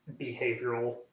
behavioral